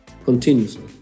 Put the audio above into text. Continuously